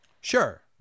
Sure